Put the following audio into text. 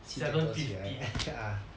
seven fifty 起来